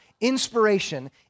inspiration